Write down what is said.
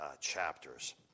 chapters